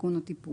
תיקון או טיפול,